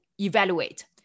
evaluate